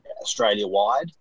Australia-wide